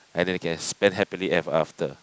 and then you can spend happily ever after